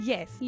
Yes